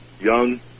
young